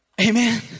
Amen